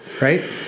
right